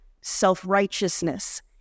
self-righteousness